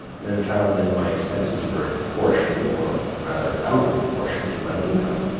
and found that my expenses were in proportion, or rather out of proportion, to my income,